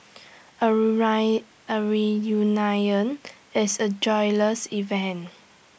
A A reunion is A joyous event